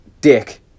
dick